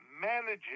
managing